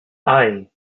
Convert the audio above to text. aye